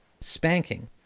spanking